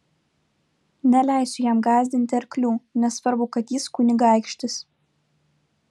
neleisiu jam gąsdinti arklių nesvarbu kad jis kunigaikštis